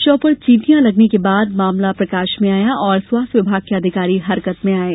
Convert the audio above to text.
शव पर चीटिंया लगने के बाद मामला प्रकाश में आया और स्वास्थ्य विभाग के अधिकारी हरकत में आये